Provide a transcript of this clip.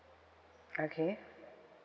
okay